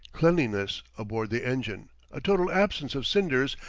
cleanliness aboard the engine, a total absence of cinders,